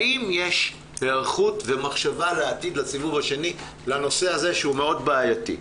האם יש היערכות ומחשבה לעתיד לסיבוב השני בנושא הזה שהוא בעייתי מאוד?